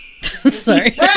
Sorry